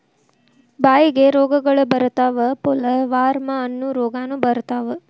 ಬಾಯಿಗೆ ರೋಗಗಳ ಬರತಾವ ಪೋಲವಾರ್ಮ ಅನ್ನು ರೋಗಾನು ಬರತಾವ